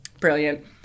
Brilliant